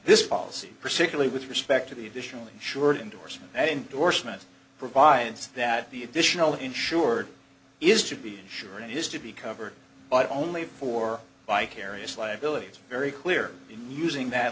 this policy for securely with respect to the additional insured indorsement endorsement provides that the additional insured is to be sure and is to be covered but only for vicarious liability it's very clear in using that